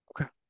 Okay